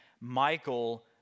Michael